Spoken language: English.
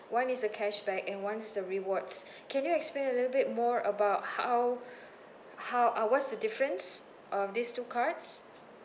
one is a cashback and one is the rewards can you explain a little bit more about how how uh what's the difference of these two cards